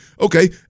okay